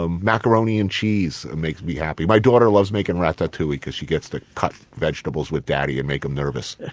ah macaroni and cheese makes me happy. my daughter loves making ratatouille because she gets to cut vegetables with daddy and make him nervous